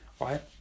Right